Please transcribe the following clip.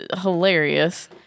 hilarious